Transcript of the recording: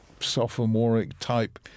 sophomoric-type